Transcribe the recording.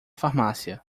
farmácia